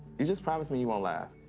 you just promise me you won't laugh.